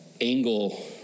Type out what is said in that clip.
angle